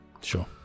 sure